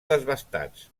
desbastats